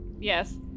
Yes